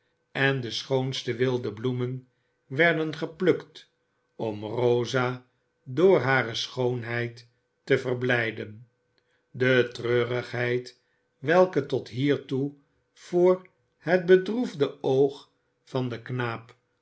en de schoonste wilde bloemen werden geplukt om rosa door hare schoonheid te verblijden de treurigheid welke tot hiertoe voor het bedroefde oog van den knaap